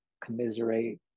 commiserate